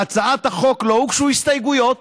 להצעת החוק לא הוגשו הסתייגות.